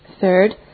third